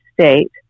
state